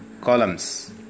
columns